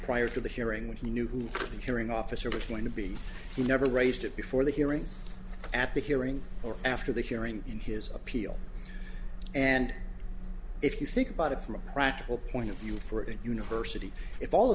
prior to the hearing when he knew who the hearing officer was going to be he never raised it before the hearing at the hearing or after the hearing in his appeal and if you think about it from a practical point of view for a university if all